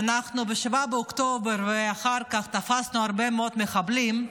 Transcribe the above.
ב-7 באוקטובר ואחר כך תפסנו הרבה מאוד מחבלים.